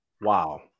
Wow